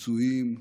פצועים,